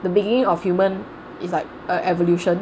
the beginning of human it's like a evolution